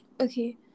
okay